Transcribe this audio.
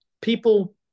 people